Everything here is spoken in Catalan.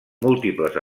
múltiples